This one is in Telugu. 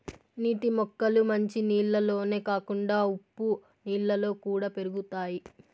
నీటి మొక్కలు మంచి నీళ్ళల్లోనే కాకుండా ఉప్పు నీళ్ళలో కూడా పెరుగుతాయి